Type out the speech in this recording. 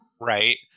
right